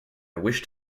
wished